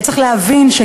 צריך להבין,